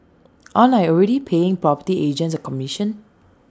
aren't I already paying property agents A commission